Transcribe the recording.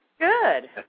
Good